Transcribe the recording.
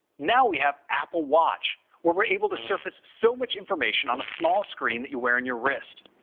now we have apple watch, where we're able to surface so much information on a small screen that you wear on your wrist.